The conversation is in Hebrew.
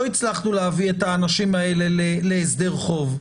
הצלחנו להביא את האנשים האלה להסדר חוב,